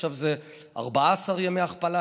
עכשיו זה 14 ימי הכפלה,